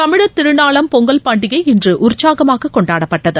தமிழர் திருநாளாம் பொங்கல் பண்டிகை இன்று உற்சாகமாக கொண்டாடப்பட்டது